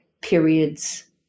periods